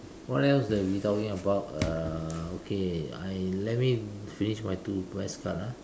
what else that we talking about uh okay I let me finish my two request card ah